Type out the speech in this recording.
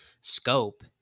scope